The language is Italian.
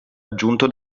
aggiunto